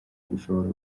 dushobora